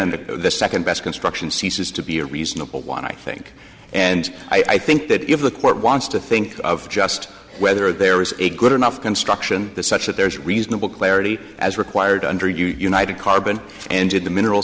if the second best construction see this is to be a reasonable one i think and i think that if the court wants to think of just whether there is a good enough construction such that there is reasonable clarity as required under united carbon and did the mineral